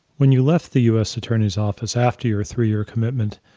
when you left the us attorney's office after your three-year commitment,